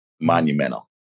monumental